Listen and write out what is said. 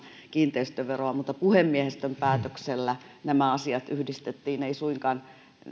kiinteistöveroa mutta puhemiehistön päätöksellä nämä asiat yhdistettiin ei suinkaan